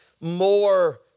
more